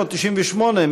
598,